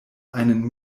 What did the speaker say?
einen